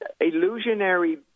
illusionary